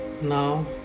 Now